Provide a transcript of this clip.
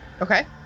okay